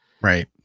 Right